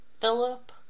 Philip